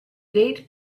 date